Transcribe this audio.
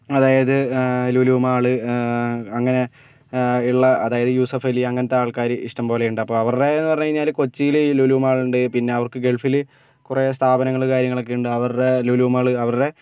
അതായത് ലുലു മാള് അങ്ങനെ ഉൾ അതായത് യൂസുഫ് അലി അങ്ങനത്തെ ആൾക്കാർ ഇഷ്ടംപോലെ ഉണ്ട് അപ്പോൾ അവരുടെ എന്ന് പറഞ്ഞു കഴിഞ്ഞാല് കൊച്ചിയില് ലുലു മാളുണ്ട് ഗൾഫില് കുറേ സ്ഥാപനങ്ങള് കാര്യങ്ങള് ഒക്കെ ഉണ്ട് അവരുടെ ലുലു മാള് അവരുടെ